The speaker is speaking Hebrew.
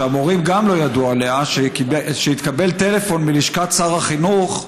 שגם המורים לא ידעו עליה שהתקבל טלפון מלשכת שר החינוך,